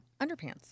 underpants